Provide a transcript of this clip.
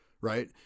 right